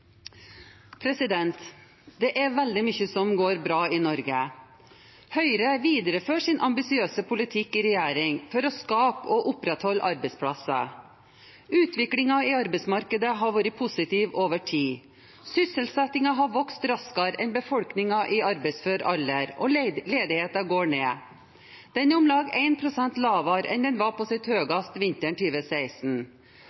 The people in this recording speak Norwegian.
omme. Det er veldig mye som går bra i Norge. Høyre viderefører sin ambisiøse politikk i regjering for å skape og opprettholde arbeidsplasser. Utviklingen i arbeidsmarkedet har vært positiv over tid. Sysselsettingen har vokst raskere enn befolkningen i arbeidsfør alder, og ledigheten går ned – den er om lag 1 pst. lavere enn den var på sitt